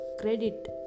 credit